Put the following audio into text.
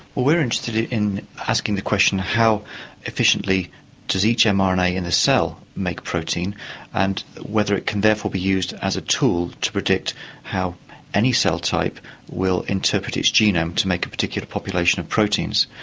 we're interested in asking the question how efficiently does each mrna in a cell make protein and whether it can therefore be used as a tool to predict how any cell type will interpret its genome to make a particular population of proteins.